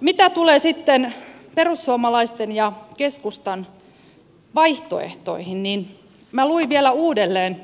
mitä tulee sitten perussuomalaisten ja keskustan vaihtoehtoihin niin minä luin vielä uudelleen